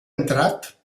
entrat